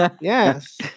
Yes